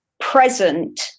present